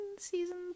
Season